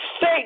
say